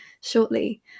shortly